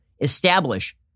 establish